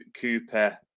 Cooper